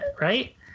right